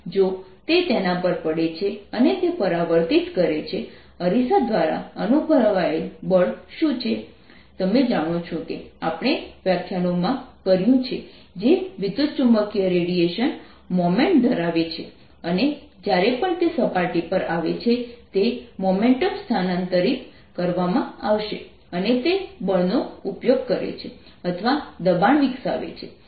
જો તે તેના પર પડે છે અને તે પરાવર્તિત કરે છે અરીસા દ્વારા અનુભવાયેલ બળ શું છે તમે જાણો છો કે આપણે વ્યાખ્યાનોમાં કર્યું છે જે વિદ્યુતચુંબકીય રેડિયેશન મોમેન્ટમ ધરાવે છે અને જ્યારે પણ તે સપાટી પર આવે છે તે મોમેન્ટમ સ્થાનાંતરિત કરવામાં આવશે અને તે બળનો ઉપયોગ કરે છે અથવા દબાણ વિકસાવે છે